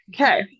Okay